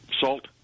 salt